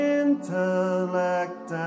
intellect